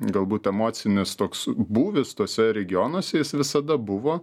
galbūt emocinis toks būvis tuose regionuose jis visada buvo